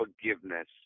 forgiveness